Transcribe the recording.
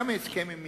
גם ההסכם עם מצרים,